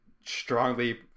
strongly